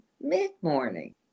mid-morning